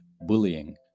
bullying